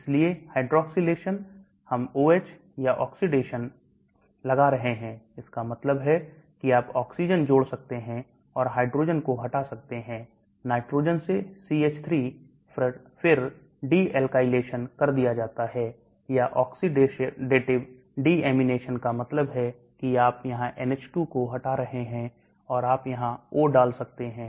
इसलिए hydroxylation हम OH या oxidation लगा रहे हैं इसका मतलब है कि आप ऑक्सीजन जोड़ सकते हैं और हाइड्रोजन को हटा सकते हैं नाइट्रोजन से CH3 पर de alkylation कर दिया जाता है या oxidative deamination का मतलब है कि आप यहां NH2 को हटा रहे हैं और आप यहां O डाल सकते हैं